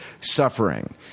suffering